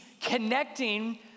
connecting